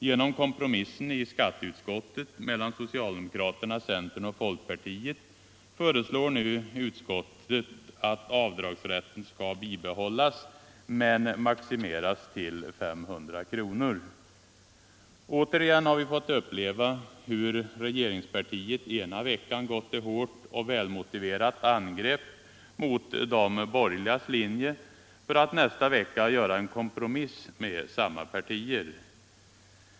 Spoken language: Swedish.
Genom kompromissen i skatteutskottet mellan socialdemokraterna, centern och folkpartiet föreslår nu utskottet att avdragsrätten skall bibehållas men maximeras till 500 kronor. Återigen har vi fått uppleva hur regeringspartiet ena veckan gått till hårt och välmotiverat angrepp mot de borgerligas linje för att nästa vecka göra en kompromiss med samma partier.